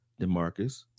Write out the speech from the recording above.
Demarcus